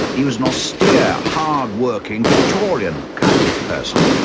he was an austere, hard-working, victorian kind of person,